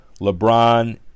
LeBron